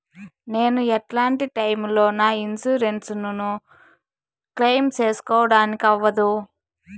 నేను ఎట్లాంటి టైములో నా ఇన్సూరెన్సు ను క్లెయిమ్ సేసుకోవడానికి అవ్వదు?